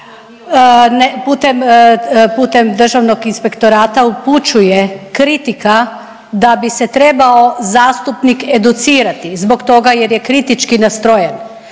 putem Državnog inspektorata upućuje kritika da bi se trebao zastupnik educirati zbog toga jer je kritički nastrojen.